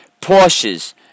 Porsches